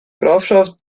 grafschaft